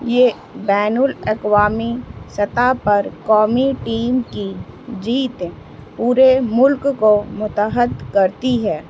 یہ بین الاقوامی سطح پر قمی ٹیم کی جیت پورے ملک کو متحد کرتی ہے